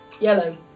yellow